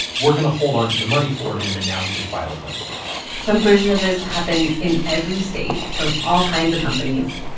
we're going to hold onto the money for him, and now he can file a claim for it some version of this happens in every state for all kinds of companies.